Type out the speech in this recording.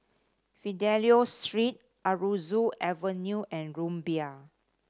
Fidelio Street Aroozoo Avenue and Rumbia